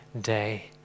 day